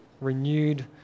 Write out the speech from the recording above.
renewed